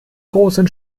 großen